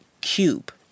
Cube